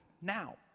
now